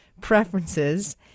preferences